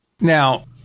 Now